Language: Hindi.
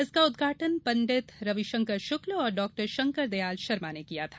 इसका उद्घाटन पंडित रविशंकर शुक्ल और डाक्टर शंकर दयाल शर्मा ने किया था